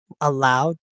allowed